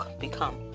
become